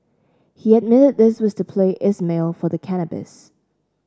he admitted this was to pay Ismail for the cannabis